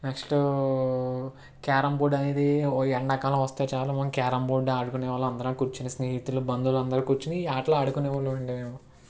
next carrom board అనేది ఓ ఎండాకాలం వస్తే చాలు మనం క్యారం బోర్డు ఆడుకునే వాళ్ళం అందరం కూర్చుని స్నేహితులు బంధువులు అందరం కోర్చోని ఈ ఆటలు ఆడుకునేవాళ్ళము అండి మేము